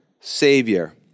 Savior